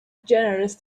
generous